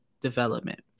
development